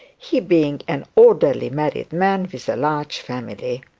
he being an orderly married man with a large family.